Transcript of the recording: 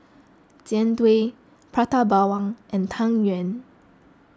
Jian Dui Prata Bawang and Tang Yuen